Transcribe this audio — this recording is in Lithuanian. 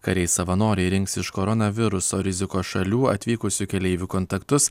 kariai savanoriai rinks iš koronaviruso rizikos šalių atvykusių keleivių kontaktus